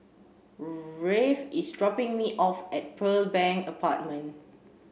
Rafe is dropping me off at Pearl Bank Apartment